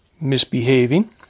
misbehaving